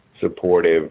supportive